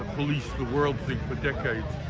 police the world thing.